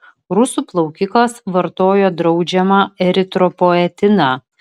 rusų plaukikas vartojo draudžiamą eritropoetiną